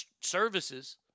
services